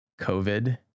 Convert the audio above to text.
covid